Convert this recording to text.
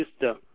system